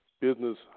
business